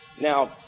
Now